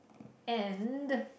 and